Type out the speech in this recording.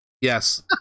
Yes